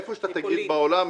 מאיפה שתגיד בעולם.